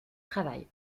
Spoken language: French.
travail